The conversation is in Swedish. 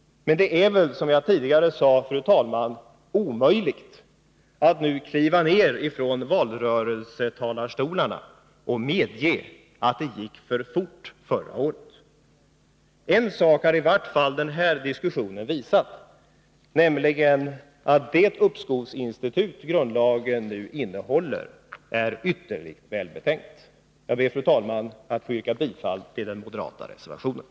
Men det är väl, som jag tidigare sade, fru talman, omöjligt att nu kliva ner från valrörelsetalarstolarna och medge att det gick för fort förra året. En sak har i varje fall den här diskussionen visat, nämligen att det uppskovsinstitut grundlagen nu innehåller är ytterligt välbetänkt. Jag ber, fru talman, att få yrka bifall till den moderata reservationen.